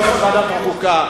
יושב-ראש ועדת החוקה,